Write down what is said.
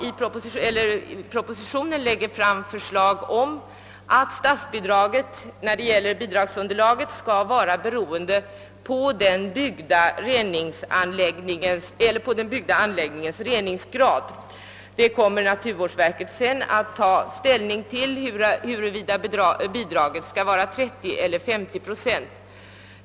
I propositionen föreslås att statsbidraget när det gäller bidragsunderlaget skall vara beroende av den byggda anläggningens reningsgrad. Naturvårdsverket kommer sedan att ta ställning till huruvida bidraget skall uppgå till 30 eller 50 procent.